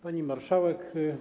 Pani Marszałek!